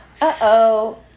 Uh-oh